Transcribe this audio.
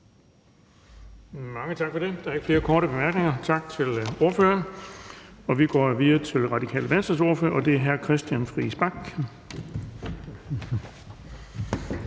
Mange tak for det. Så er der ikke flere korte bemærkninger. Tak til ordføreren. Vi går videre til Alternativets ordfører, og det er fru Helene Liliendahl